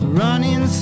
running